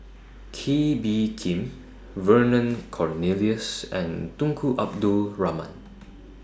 Kee Bee Khim Vernon Cornelius and Tunku Abdul Rahman